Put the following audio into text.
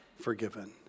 forgiven